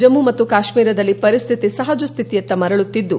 ಜಮ್ಮ ಮತ್ತು ಕಾಶ್ಮೀರದಲ್ಲಿ ಪರಿಸ್ಥಿತಿ ಸಹಜ ಸ್ಥಿತಿಯತ್ತ ಮರಳುತ್ತಿದ್ದು